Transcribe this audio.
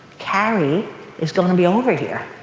carrie is going to be over here.